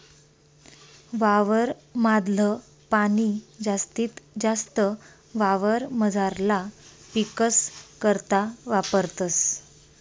वावर माधल पाणी जास्तीत जास्त वावरमझारला पीकस करता वापरतस